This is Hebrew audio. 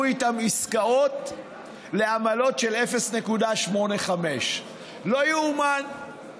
איתם עסקאות לעמלות של 0.85%. לא יאומן.